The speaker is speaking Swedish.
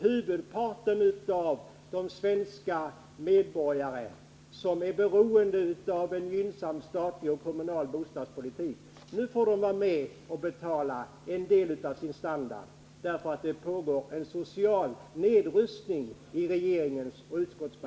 Huvudparten av de svenska medborgare som är beroende av en gynnsam statlig och kommunal bostadspolitik får nu vara med och betala. Regeringens och utskottsmajoritetens förslag innebär nämligen en social nedrustning.